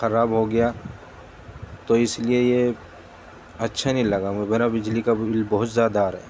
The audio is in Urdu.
خراب ہو گیا تو اس لیے یہ اچھا نہیں لگا میرا بجلی کا بل بہت زیادہ آ رہا ہے